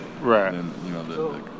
Right